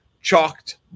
chalked